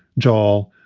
joel.